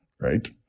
right